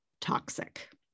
toxic